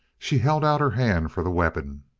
she held out her hand for the weapon.